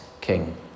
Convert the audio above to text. king